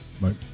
Right